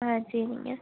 ஆ சரிங்க